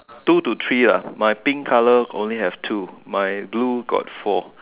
two to three lah my pink colour only have two my blue got four